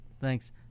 Thanks